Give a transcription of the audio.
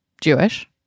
Jewish